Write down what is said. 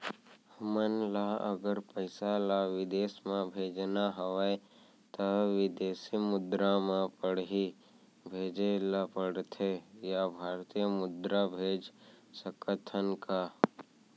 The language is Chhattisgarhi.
हमन ला अगर पइसा ला विदेश म भेजना हवय त विदेशी मुद्रा म पड़ही भेजे ला पड़थे या भारतीय मुद्रा भेज सकथन का?